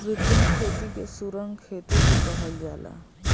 कृत्रिम खेती के सुरंग खेती भी कहल जाला